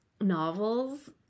novels